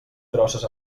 crosses